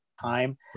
time